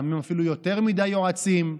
לפעמים אפילו יותר מדי יועצים,